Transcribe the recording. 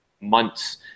months